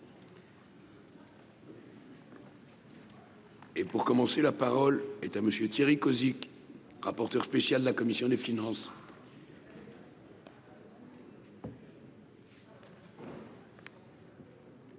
Et pour commencer, la parole est à monsieur Thierry Cozic, rapporteur spécial de la commission des finances. Monsieur